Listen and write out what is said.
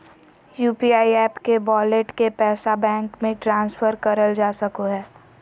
UPI app के wallet के पैसा बैंक मे ट्रांसफर करल जा सको हय